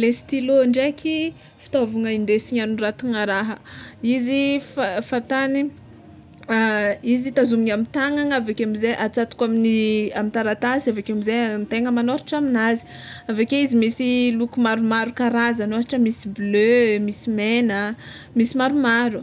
Le stylo ndraiky fitaovagna indesigny hagnoratagna raha izy fa fatany izy tazominy amy tagnagna aveke amizay atsatoky amin'ny taratasy aveke amizay antegna magnoratra aminazy, aveke izy misy loko maromaro karazana: ohatra misy bleu, misy megna misy matomaro